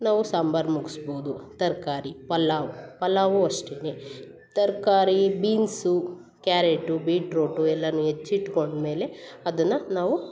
ನಾವು ಸಾಂಬರ್ ಮುಗ್ಸ್ಬೌದು ತರ್ಕಾರಿ ಪಲಾವ್ ಪಲಾವು ಅಷ್ಟೆ ತರ್ಕಾರಿ ಬೀನ್ಸು ಕ್ಯಾರೆಟು ಬೀಟ್ರೋಟು ಎಲ್ಲಾ ಹೆಚ್ಚ್ ಇಟ್ಕೊಂಡ ಮೇಲೆ ಅದನ್ನು ನಾವು